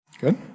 Good